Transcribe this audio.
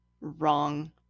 wrong